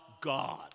God